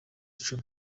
icumi